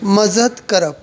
मजत करप